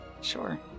Sure